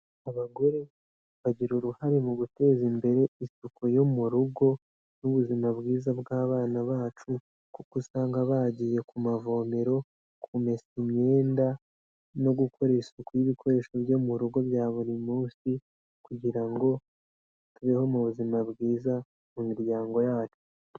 Abagore bagira uruhare mu guteza imbere isuku yo mu rugo n'ubuzima bwiza bw'abana bacu kuko usanga bagiye ku mavomero; kumesa imyenda no gukora isuku y'ibikoresho byo mu rugo bya buri munsi kugira ngo tubeho mu buzima bwiza mu miryango yacu.